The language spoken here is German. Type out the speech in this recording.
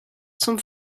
zum